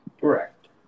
Correct